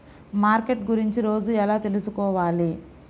Market గురించి రోజు ఎలా తెలుసుకోవాలి?